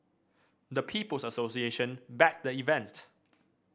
the People's Association backed the event